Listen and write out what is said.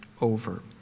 over